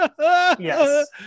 yes